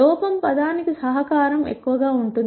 లోపం పదానికి సహకారం ఎక్కువగా ఉంటుంది